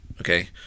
okay